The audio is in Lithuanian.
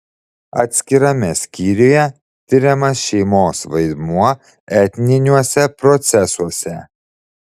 atskirame skyriuje tiriamas šeimos vaidmuo etniniuose procesuose